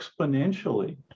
exponentially